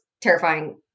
terrifying